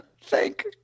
Thank